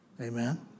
Amen